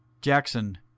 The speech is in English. Jackson